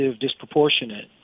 disproportionate